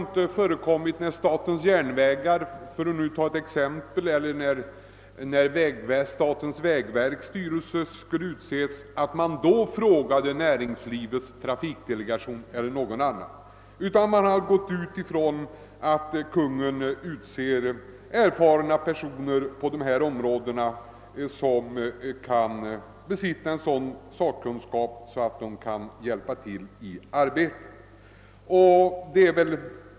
När styrelserna för statens järnvägar och statens vägverk utsågs förekom det dock inte att man frågade Näringslivets trafikdelegation eller annan organisation till råds, utan man utgick från att Kungl. Maj:t skulle utse erfarna personer som besatt sådan sakkunskap att de verkligen kunde hjälpa till i arbetet.